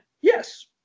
Yes